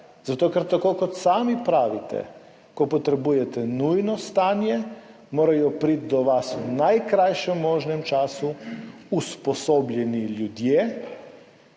Zato, ker tako, kot sami pravite, ko potrebujete nujno stanje, morajo priti do vas v najkrajšem možnem času usposobljeni ljudje,